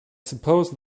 suppose